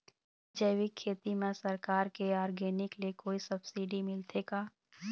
जैविक खेती म सरकार के ऑर्गेनिक ले कोई सब्सिडी मिलथे का?